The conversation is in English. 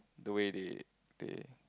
they way they they